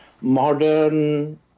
modern